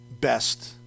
best